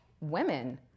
women